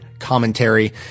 Commentary